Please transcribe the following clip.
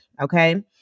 okay